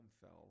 fell